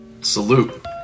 salute